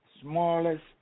smallest